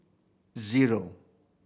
zero